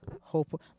Hope